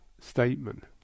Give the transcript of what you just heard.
statement